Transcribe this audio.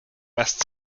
west